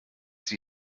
sie